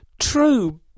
True